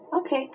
Okay